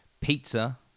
Pizza